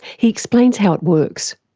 he explains how it works.